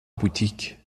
boutique